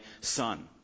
son